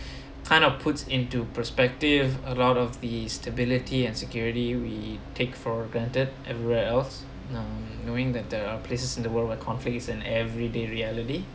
kind of puts into perspective around of the stability and security we take for granted everywhere else now knowing that there are places in the world where conflicts is an everyday reality